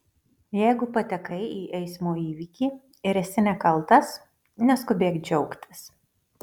jeigu patekai į eismo įvykį ir esi nekaltas neskubėk džiaugtis